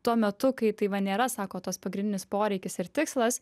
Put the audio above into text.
tuo metu kai tai va nėra sako tos pagrindinis poreikis ir tikslas